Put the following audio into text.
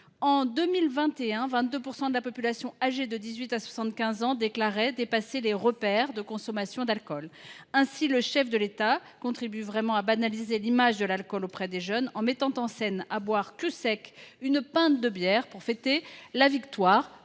En 2021, 22 % de la population âgée de 18 ans à 75 ans déclarait dépasser les repères de consommation d’alcool. Le chef de l’État contribue lui même à banaliser l’image de l’alcool auprès des jeunes, en se mettant en scène buvant cul sec une pinte de bière pour fêter la victoire